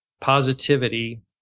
positivity